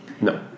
No